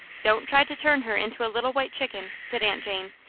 don't try to turn her into a little white chicken, said aunt jane.